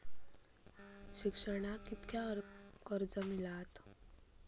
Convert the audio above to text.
शिक्षणाक कीतक्या कर्ज मिलात?